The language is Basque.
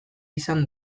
izan